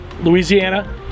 Louisiana